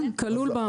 כן, כלול בעמלות.